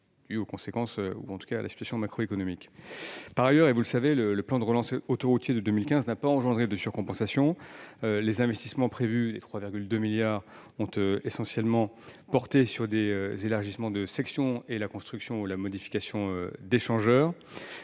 le savez, le plan de relance autoroutier de 2015 n'a pas engendré de surcompensation. Les investissements prévus, à hauteur de 3,2 milliards d'euros, ont essentiellement porté sur des élargissements de sections et sur la construction ou la modification d'échangeurs.